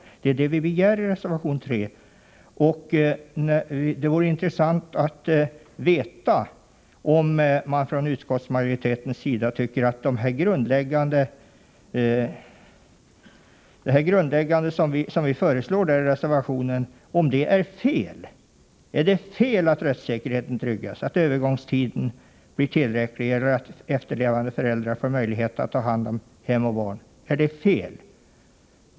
Det är vad vi begär i reservation 3, och det vore intressant att få veta om man från utskottsmajoritetens sida tycker att det vi föreslår i reservationen är fel. Är det fel att rättssäkerheten tryggas, att övergångstiden blir tillräcklig eller att efterlevande förälder får möjlighet att ta hand om hem och barn?